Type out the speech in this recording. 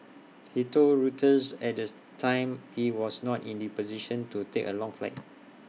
he told Reuters at this time he was not in the position to take A long flight